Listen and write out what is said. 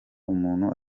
umuntu